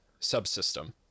subsystem